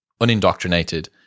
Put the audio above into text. unindoctrinated